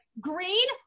Green